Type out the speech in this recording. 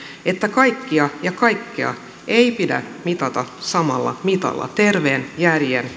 että kaikkia ja kaikkea ei pidä mitata samalla mitalla terveen järjen